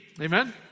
Amen